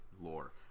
lore